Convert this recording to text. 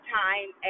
time